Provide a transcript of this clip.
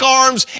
arms